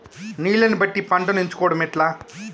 నీళ్లని బట్టి పంటను ఎంచుకోవడం ఎట్లా?